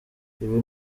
ibi